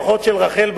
לפחות של רחל,